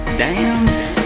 dance